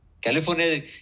california